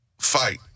fight